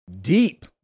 deep